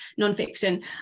nonfiction